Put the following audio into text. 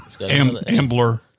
Ambler